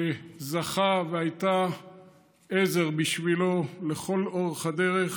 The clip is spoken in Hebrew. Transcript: שזכה והייתה עזר בשבילו לכל אורך הדרך,